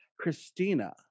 Christina